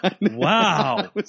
wow